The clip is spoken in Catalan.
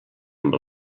amb